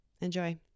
Enjoy